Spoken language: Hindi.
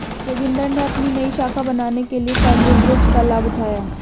जोगिंदर ने अपनी नई शाखा बनाने के लिए लिवरेज का लाभ उठाया